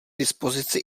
dispozici